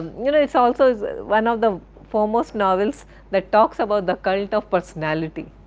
you know it's also one of the foremost novels that talks about the cult of personality.